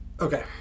Okay